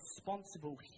responsible